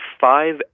five